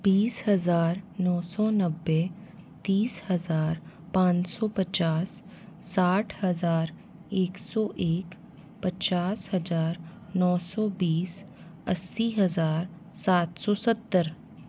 बीस हज़ार नौ सौ नब्बे तीस हज़ार पाँच सौ पचास साठ हज़ार एक सौ एक पचास हजार नौ सौ बीस अस्सी हज़ार सात सौ सत्तर